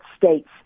states